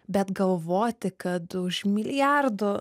bet galvoti kad už milijardų